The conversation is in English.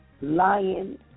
lion